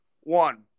One